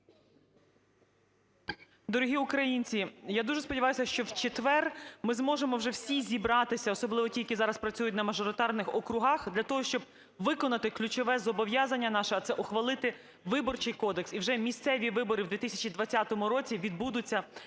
Дорогі українці, я дуже сподіваюся, що в четвер ми зможемо вже всі зібратися, особливо ті, які зараз працюють на мажоритарних округах, для того, щоб виконати ключове зобов'язання наше, а це ухвалити Виборчий кодекс. І вже місцеві вибори в 2020 році відбудуться